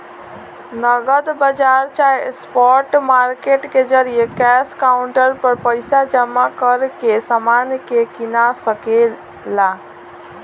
नगद बाजार चाहे स्पॉट मार्केट के जरिये कैश काउंटर पर पइसा जमा करके समान के कीना सके ला